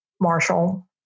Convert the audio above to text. Marshall